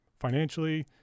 financially